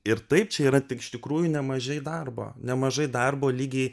ir taip čia yra tik iš tikrųjų nemažai darbo nemažai darbo lygiai